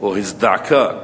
או הזדעקה